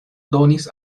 donis